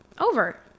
Over